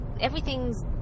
everything's